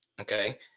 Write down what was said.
Okay